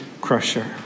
crusher